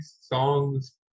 songs